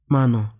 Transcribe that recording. Mano